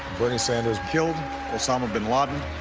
bernie sanders killed osama bin laden.